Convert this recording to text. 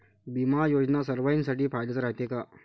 बिमा योजना सर्वाईसाठी फायद्याचं रायते का?